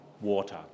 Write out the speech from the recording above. water